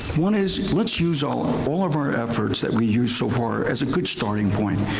one is, let's use all ah all of our efforts that we used so far as a good starting point.